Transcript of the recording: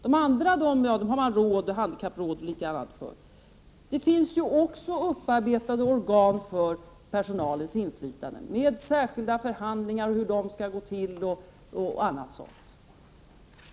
För övriga intressenter har man handikappråd och liknande organ. Det finns ju också inarbetade organ för personalens inflytande med bestämmelser om hur förhandlingar skall gå till, osv.